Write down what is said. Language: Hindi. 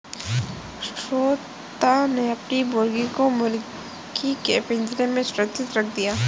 श्वेता ने अपनी मुर्गी को मुर्गी के पिंजरे में सुरक्षित रख दिया